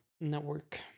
network